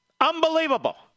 Unbelievable